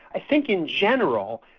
i think in general,